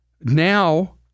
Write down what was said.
now